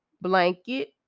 blanket